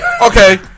okay